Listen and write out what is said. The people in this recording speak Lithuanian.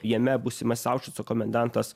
jame būsimas aušvico komendantas